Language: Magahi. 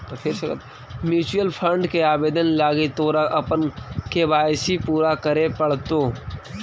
म्यूचूअल फंड के आवेदन लागी तोरा अपन के.वाई.सी पूरा करे पड़तो